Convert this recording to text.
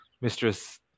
Mistress